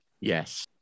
Yes